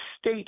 State